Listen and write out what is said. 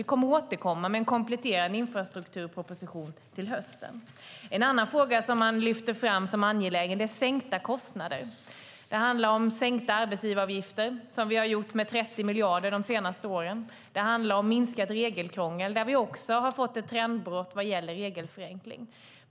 Vi kommer att återkomma med en kompletterande infrastrukturproposition till hösten. En annan fråga som man lyfter fram som angelägen är sänkta kostnader. Det handlar om sänkta arbetsgivaravgifter. Dem har vi sänkt med 30 miljarder de senaste åren. Det handlar om minskat regelkrångel. Vi har där fått ett trendbrott vad gäller regelförenkling.